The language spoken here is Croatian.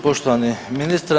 Poštovani ministre.